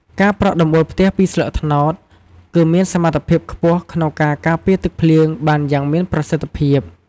ការប្រក់ដំបូលផ្ទះពីស្លឹកត្នោត គឺមានសមត្ថភាពខ្ពស់ក្នុងការការពារទឹកភ្លៀងបានយ៉ាងមានប្រសិទ្ធភាព។